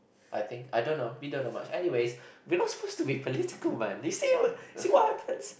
I think I don't know we don't know much anyways we're not supposed to be political man you see what see what happens